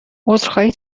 عذرخواهی